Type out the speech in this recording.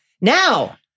Now